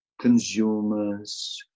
consumers